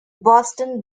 boston